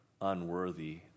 unworthy